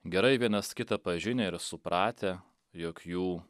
gerai vienas kitą pažinę ir supratę jog jų